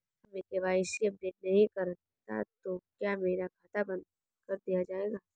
अगर मैं KYC update नहीं करता तो क्या मेरा खाता बंद कर दिया जाएगा?